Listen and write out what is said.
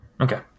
Okay